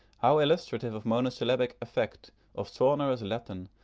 how illustrative of monosyllabic effect, of sonorous latin,